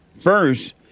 first